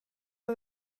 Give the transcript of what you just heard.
jeu